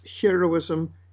heroism